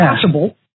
possible